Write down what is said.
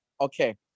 Okay